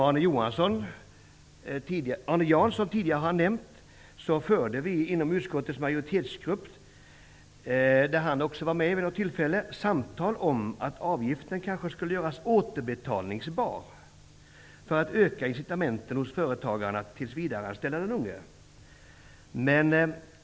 Arne Jansson nämnde tidigare att vi inom utskottets majoritetsgrupp förde samtal om att avgiften kanske skulle göras återbetalningsbar -- detta för att öka incitamenten hos företagaren att tillsvidareanställa den unge.